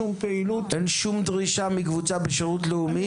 אין שום דרישה מקבוצה בשירות לאומי,